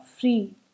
free